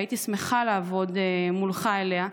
שהייתי שמחה לעבוד מולך עליה,